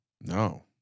No